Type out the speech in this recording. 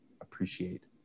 appreciate